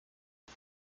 ich